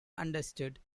understood